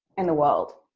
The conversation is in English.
and the world.